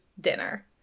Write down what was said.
dinner